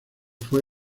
fue